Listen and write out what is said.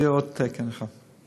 יהיה עוד תקן אחד.